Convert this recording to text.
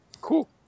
cool